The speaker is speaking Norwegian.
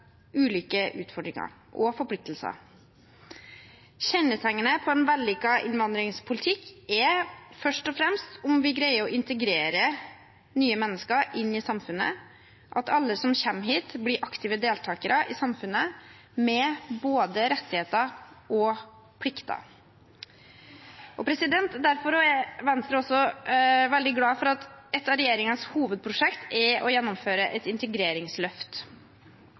ulike utfordringer og forpliktelser. Kjennetegnet på en vellykket innvandringspolitikk er først og fremst at vi greier å integrere nye mennesker inn i samfunnet, og at alle som kommer hit, blir aktive deltakere i samfunnet, med både rettigheter og plikter. Derfor er Venstre veldig glad for at ett av regjeringens hovedprosjekt er å gjennomføre et integreringsløft.